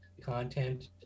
content